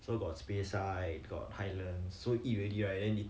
so got space side got highland so eat already right then they